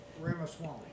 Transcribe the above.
Ramaswamy